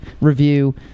review